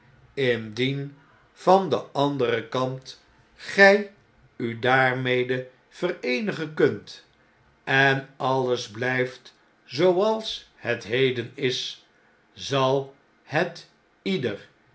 indien van den anderen kant gij u daarmede vereemgen kunt en alles blijft zooals het heden is zal het ieder